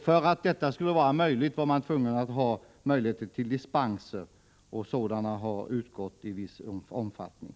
För att detta skulle kunna genomföras var man tvungen att ge möjlighet till dispenser, och sådana har beviljats i viss omfattning.